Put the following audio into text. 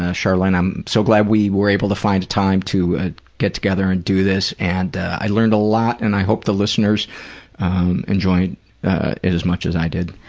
ah charlynn, i'm so glad we were able to find a time to ah get together and do this, and i learned a lot and i hope the listeners enjoy it as much as i did.